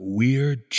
weird